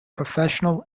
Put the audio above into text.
professional